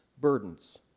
burdens